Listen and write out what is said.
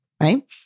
right